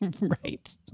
Right